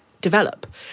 develop